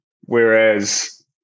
Whereas